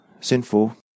sinful